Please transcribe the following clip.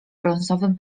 brązowym